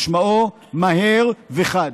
משמע, מהר וחד.